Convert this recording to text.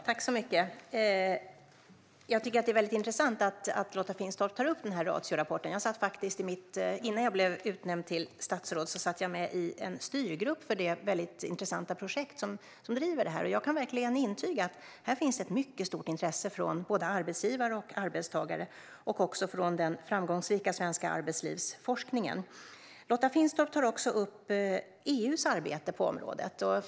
Herr talman! Jag tycker att det är intressant att Lotta Finstorp tar upp Ratiorapporten. Innan jag blev utnämnd till statsråd satt jag faktiskt med i en styrgrupp för det intressanta projekt som driver det här, och jag kan verkligen intyga att här finns det mycket stort intresse från både arbetsgivare och arbetstagare och även från den framgångsrika svenska arbetslivsforskningen. Lotta Finstorp tar också upp EU:s arbete på området.